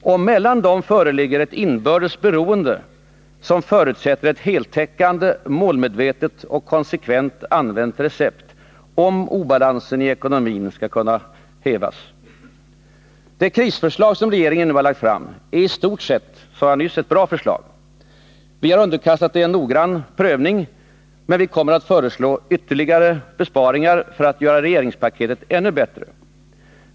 Och mellan dem föreligger ett inbördes beroende, som förutsätter ett heltäckande, målmedvetet och konsekvent använt recept, om obalansen i ekonomin skall kunna hävas. Det krisförslag regeringen nu lagt fram är, som jag nyss sade, i stort sett bra. Vi har underkastat det noggrann prövning. Och vi kommer att föreslå ytterligare besparingar för att göra regeringspaketet ännu bättre.